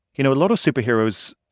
you know, a lot of superheroes,